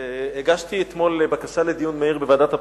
הגשתי אתמול בקשה לדיון מהיר בוועדת הפנים,